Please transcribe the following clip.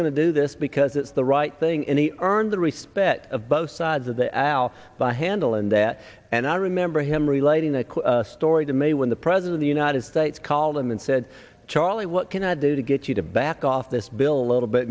to do this because it's the right thing in the earn the respect of both sides of the aisle by handle and that and i remember him relating the story to me when the president the united states called him and said charlie what can i do to get you to back off this bill a little bit